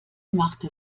machte